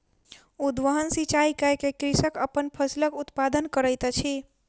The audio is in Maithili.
उद्वहन सिचाई कय के कृषक अपन फसिलक उत्पादन करैत अछि